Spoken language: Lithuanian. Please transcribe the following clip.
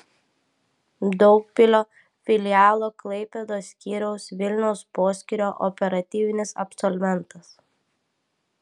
daugpilio filialo klaipėdos skyriaus vilniaus poskyrio operatyvinis absolventas